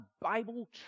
Bible